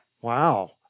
Wow